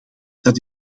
dat